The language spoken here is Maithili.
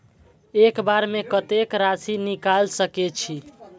एक बार में कतेक राशि निकाल सकेछी?